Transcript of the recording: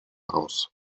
heraus